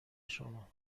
شما